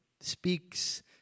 speaks